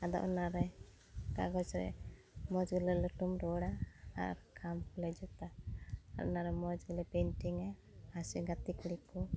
ᱟᱫᱚ ᱚᱱᱟᱨᱮ ᱠᱟᱜᱚᱡᱽᱨᱮ ᱢᱚᱡᱽᱜᱮᱞᱮ ᱞᱟᱹᱴᱩᱢ ᱨᱩᱣᱟᱹᱲᱟ ᱟᱨ ᱠᱷᱟᱢᱞᱮ ᱡᱩᱛᱟ ᱚᱱᱟᱨᱮ ᱢᱚᱡᱽ ᱜᱮᱞᱮ ᱯᱮᱱᱴᱤᱝᱼᱟ ᱥᱮ ᱜᱟᱛᱮ ᱠᱩᱲᱤᱠᱚ